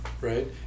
right